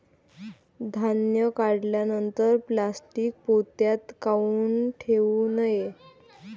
धान्य काढल्यानंतर प्लॅस्टीक पोत्यात काऊन ठेवू नये?